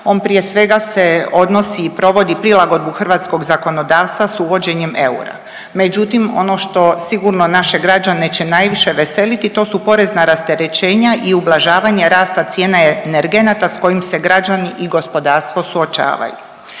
on prije svega se odnosi i provodi prilagodbu hrvatskog zakonodavstva s uvođenjem eura. Međutim, ono što sigurno naše građane će najviše veseliti, to su porezna rasterećenja i ublažavanje rasta cijena energenata s kojima se građani i gospodarstvo suočavaju.